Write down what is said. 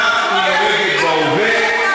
כך היא נוהגת בהווה,